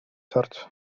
church